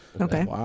Okay